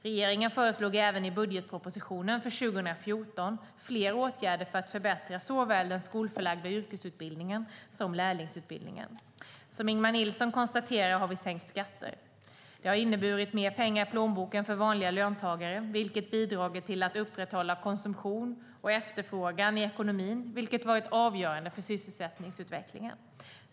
Regeringen föreslog även i budgetpropositionen för 2014 fler åtgärder för att förbättra såväl den skolförlagda yrkesutbildningen som lärlingsutbildningen. Som Ingemar Nilsson konstaterar har vi sänkt skatter. Det har inneburit mer pengar i plånboken för vanliga löntagare, vilket bidragit till att upprätthålla konsumtion och efterfrågan i ekonomin, vilket varit avgörande för sysselsättningsutvecklingen.